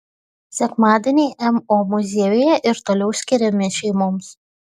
sekmadieniai mo muziejuje ir toliau skiriami šeimoms